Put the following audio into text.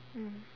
mm